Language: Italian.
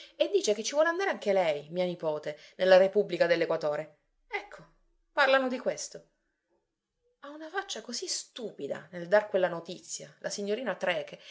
e dice che ci vuole andare anche lei mia nipote nella repubblica dell'equatore ecco parlano di questo ha una faccia così stupida nel dar quella notizia la signorina trecke